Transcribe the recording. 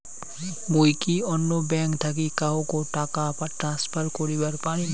মুই কি অন্য ব্যাঙ্ক থাকি কাহকো টাকা ট্রান্সফার করিবার পারিম?